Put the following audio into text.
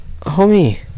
Homie